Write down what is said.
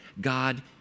God